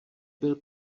byl